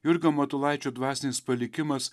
jurgio matulaičio dvasinis palikimas